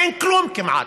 אין כלום כמעט,